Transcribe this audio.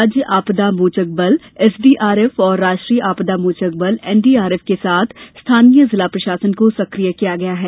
राज्य आपदा मोचक बल एसडीआरएफ और राष्ट्रीय आपदा मोचक बल एनडीआरएफ के साथ स्थानीय जिला प्रशासन को सक्रिय किया गया है